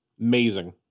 Amazing